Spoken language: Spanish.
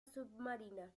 submarina